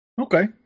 Okay